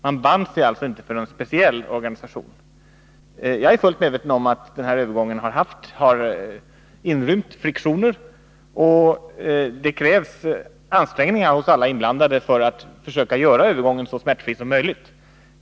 Man band sig alltså inte för någon speciell organisation. Jag är fullt medveten om att övergången har inrymt friktioner. Det krävs att alla inblandade anstränger sig för att göra övergången så smärtfri som möjligt.